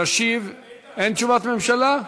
תשיב, אין תשובת ממשלה?